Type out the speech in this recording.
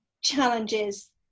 challenges